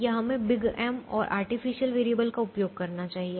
या हमें big m और आर्टिफिशियल वेरिएबल का उपयोग करना चाहिए